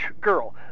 girl